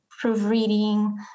proofreading